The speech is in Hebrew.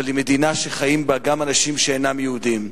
אבל היא מדינה שחיים בה גם אנשים שאינם יהודים,